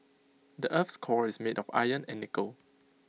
the Earth's core is made of iron and nickel